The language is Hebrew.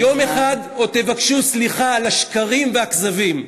יום אחד עוד תבקשו סליחה על השקרים והכזבים.